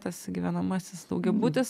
tas gyvenamasis daugiabutis